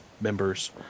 members